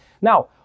Now